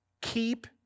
Keep